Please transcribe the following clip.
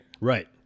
Right